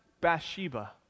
Bathsheba